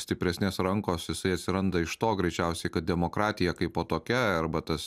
stipresnės rankos jisai atsiranda iš to greičiausiai kad demokratija kaipo tokia arba tas